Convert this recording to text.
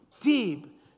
deep